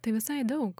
tai visai daug